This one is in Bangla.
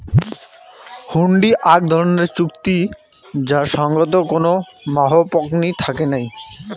হুন্ডি আক ধরণের চুক্তি যার সঙ্গত কোনো মাহও পকনী থাকে নাই